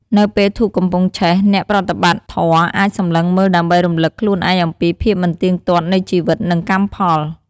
នៅពេលធូបកំពុងឆេះ អ្នកប្រតិបត្តិធម៌អាចសម្លឹងមើលដើម្បីរំលឹកខ្លួនឯងអំពីភាពមិនទៀងទាត់នៃជីវិត និងកម្មផល។